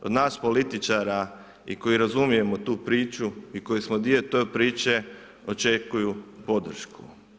Kod nas političara i koji razumijemo tu priču i koji smo dio te priče, očekuju podršku.